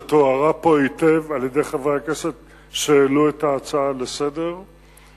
שתוארה פה היטב על-ידי חברי הכנסת שהעלו את ההצעה לסדר-היום,